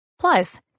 Plus